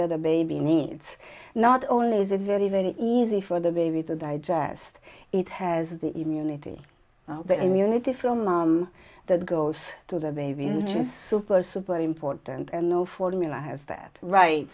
that a baby needs not only is it very very easy for the baby to digest it has the immunity the immunity from mom that goes to the baby and then super super important and no formula has that right